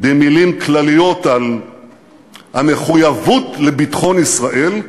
במילים כלליות על "המחויבות לביטחון ישראל",